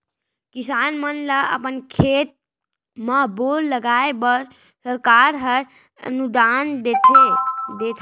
किसान मन ल अपन खेत म बोर कराए बर सरकार हर अनुदान देत हावय